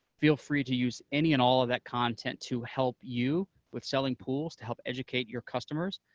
feel free to use any and all of that content to help you with selling pools, to help educate your customers.